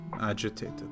agitated